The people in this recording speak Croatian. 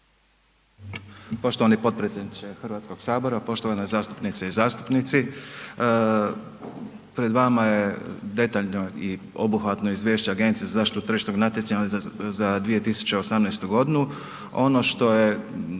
Poštovani potpredsjedniče Hrvatskog sabora, poštovane zastupnice i zastupnici. Pred vama je detaljno i obuhvatno izvješće Agencije za zaštitu tržišnog natjecanja za 2018. godinu. Ono što je